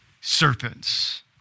serpents